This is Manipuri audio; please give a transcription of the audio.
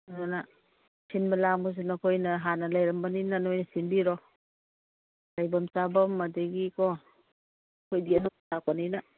ꯑꯗꯨꯅ ꯁꯤꯟꯕ ꯂꯥꯡꯕꯁꯨ ꯅꯈꯣꯏꯅ ꯍꯥꯟꯅ ꯂꯩꯔꯝꯕꯅꯤꯅ ꯅꯣꯏꯅ ꯁꯤꯟꯕꯤꯔꯣ ꯂꯩꯐꯝ ꯆꯥꯐꯝ ꯑꯗꯨꯗꯒꯤꯀꯣ ꯑꯩꯈꯣꯏꯗꯤ ꯑꯅꯧꯕ ꯂꯥꯛꯄꯅꯤꯅ